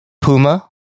Puma